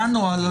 אז מה הנוהל?